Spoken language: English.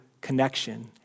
connection